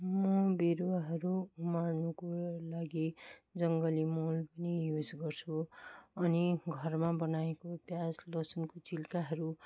म बिरुवाहरू उमार्नुको लागि जङ्गली मल पनि युज गर्छु अनि घरमा बनाएको प्याज लसुनको छिल्काहरू